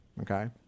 okay